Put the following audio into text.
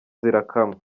zirakamwa